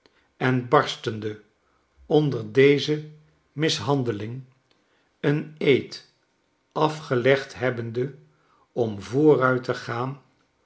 en barstende onder deze mishandeling een eed afgelegd hebbende om vooruit te gaan